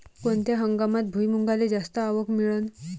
कोनत्या हंगामात भुईमुंगाले जास्त आवक मिळन?